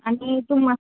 आनी तुम म्हा